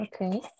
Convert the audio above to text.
Okay